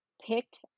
picked